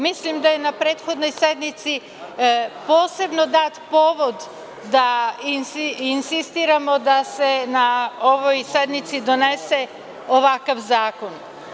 Mislim da je na prethodnoj sednici posebno dat povod da insistiramo da se na ovoj sednici donese ovakav zakon.